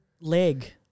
leg